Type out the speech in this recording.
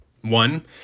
One